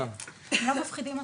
הם לא מפחידים אותי.